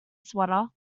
swatter